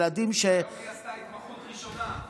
היום היא עשתה התמחות ראשונה.